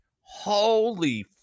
holy